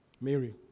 Mary